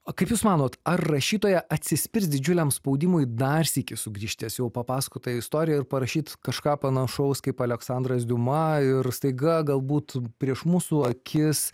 o kaip jūs manot ar rašytoja atsispirs didžiuliam spaudimui dar sykį sugrįžt ties jau papasakota istorija ir parašyt kažką panašaus kaip aleksandras diuma ir staiga galbūt prieš mūsų akis